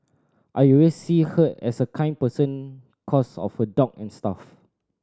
I always see her as a kind person cos of her dog n stuff